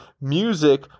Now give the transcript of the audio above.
music